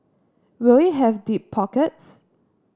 will it have deep pockets